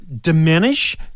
diminish